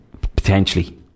potentially